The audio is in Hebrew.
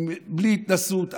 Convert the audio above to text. בלי התנשאות,